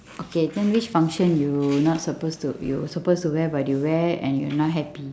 okay then which function you not supposed to you supposed to wear but you wear and you're not happy